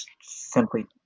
simply